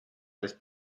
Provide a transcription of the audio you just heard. les